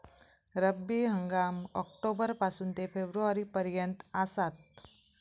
रब्बी हंगाम ऑक्टोबर पासून ते फेब्रुवारी पर्यंत आसात